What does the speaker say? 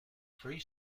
free